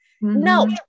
No